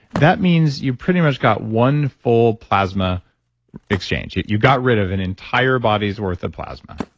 that means you pretty much got one full plasma exchange. you you got rid of an entire body's worth of plasma,